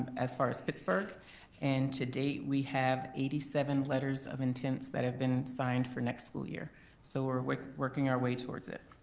as far as pittsburgh and to date, we have eighty seven letters of intents that have been signed for next school year so we're working our way towards it.